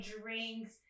Drinks